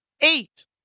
eight